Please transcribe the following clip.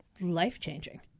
life-changing